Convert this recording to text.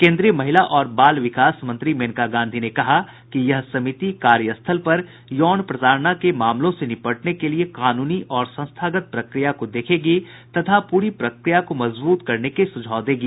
केंद्रीय महिला और बाल विकास मंत्री मेनका गांधी ने कहा कि यह समिति कार्यस्थल पर यौन प्रताड़ना के मामलों से निपटने के लिए कानूनी और संस्थागत प्रक्रिया को देखेंगी तथा पूरी प्रक्रिया को मजबूत करने के सुझाव देगी